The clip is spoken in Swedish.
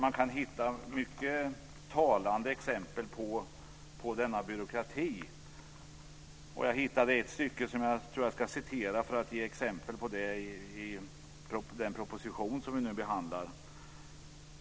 Man kan hitta mycket talande exempel på denna byråkrati. Jag hittade ett stycke som jag tror att jag ska citera för att ge exempel på detta i den proposition som vi nu behandlar.